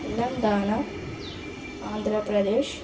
Telangana Andhra Pradesh